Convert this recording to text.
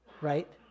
right